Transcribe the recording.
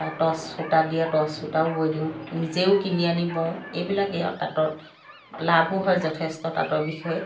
টচ সূতা দিয়ে টচ সূতাও বৈ দিওঁ নিজেও কিনি আনি বওঁ এইবিলাকে আৰু তাঁতত লাভো হয় যথেষ্ট তাঁতৰ বিষয়ে